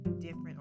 different